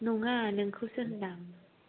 नङा नोंखौसो होनदां